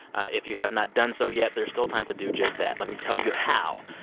if you have not done so yet, there's still time to do just that. let me tell you how.